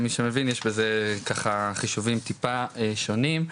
יש בזה חישובים טיפה שונים.